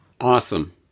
Awesome